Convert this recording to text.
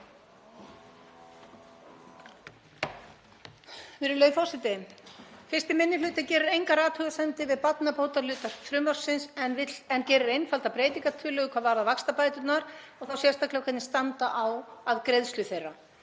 Virðulegi forseti. Fyrsti minni hluti gerir engar athugasemdir við barnabótahluta frumvarpsins en gerir einfalda breytingartillögu hvað varðar vaxtabæturnar og þá sérstaklega hvernig standa á að greiðslu þeirra.